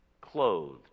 clothed